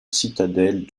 citadelle